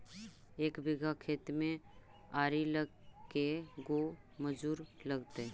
एक बिघा खेत में आरि ल के गो मजुर लगतै?